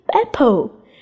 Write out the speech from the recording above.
apple